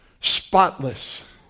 spotless